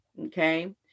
Okay